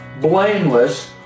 blameless